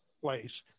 place